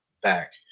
back